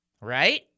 Right